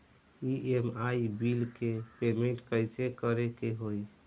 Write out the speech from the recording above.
EMI bill के payment कइसे करे के होई?